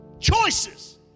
choices